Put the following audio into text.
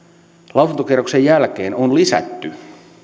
lausuntokierroksen jälkeen on lisätty